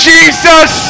Jesus